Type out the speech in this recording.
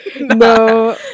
no